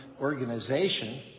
organization